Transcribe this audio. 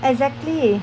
exactly